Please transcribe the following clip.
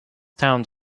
towns